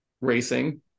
racing